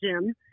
Jim